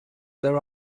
there